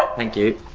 ah thank you.